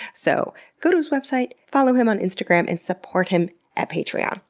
so go to his website, follow him on instagram and support him at patreon.